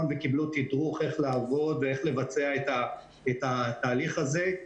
וקיבלו תדרוך איך לעבוד ואיך לבצע את התהליך הזה.